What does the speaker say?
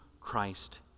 Christ